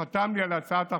שחתם לי על הצעת החוק.